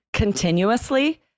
Continuously